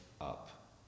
up